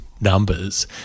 numbers